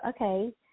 okay